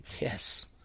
yes